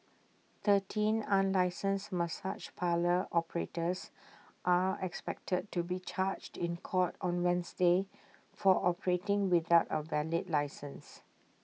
thirteen unlicensed massage parlour operators are expected to be charged in court on Wednesday for operating without A valid licence